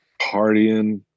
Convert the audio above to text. Partying